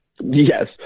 Yes